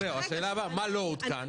השאלה הבאה היא מה לא הותקן.